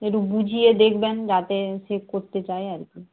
একটু বুঝিয়ে দেখবেন যাতে সে করতে চায় আর কি